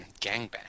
gangbang